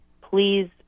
please